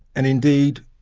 and indeed,